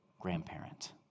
grandparent